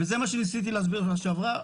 וזה מה שניסיתי להסביר בפעם שעברה,